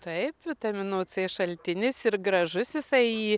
taip vitamino c šaltinis ir gražus jisai